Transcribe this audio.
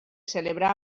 celebrà